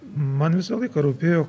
man visą laiką rūpėjo